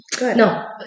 No